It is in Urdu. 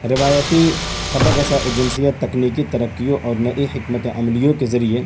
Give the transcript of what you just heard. روایتی خبر رسا ایجنسیاں تکنیکی ترقیوں اور نئی حکمت عملیوں کے ذریعے